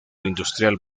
industrial